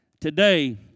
today